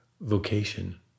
vocation